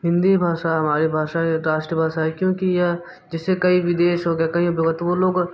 हिंदी भाषा हमारी भाषा है ये राष्ट्र भाषा है क्योंकि यह जिससे कई विदेश हो गया कहीं भी हो गया तो वो लोग